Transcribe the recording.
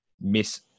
miss